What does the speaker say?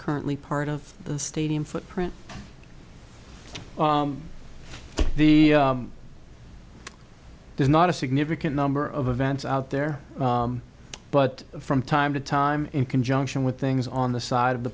currently part of the stadium footprint the there's not a significant number of events out there but from time to time in conjunction with things on the side of the